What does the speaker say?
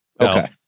okay